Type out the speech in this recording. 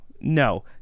no